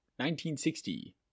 1960